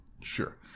sure